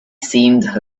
seemed